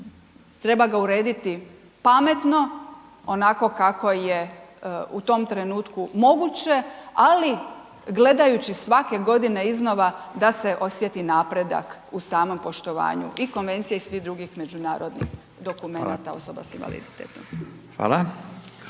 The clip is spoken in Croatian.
treba ga urediti pametno, onako kako je u tom trenutku moguće, ali gledajuće svake godine iznova, da se osjeti napredak u samom poštovanju i konvencija i svih drugih međunarodnih dokumenata, osoba s invaliditetom.